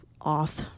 off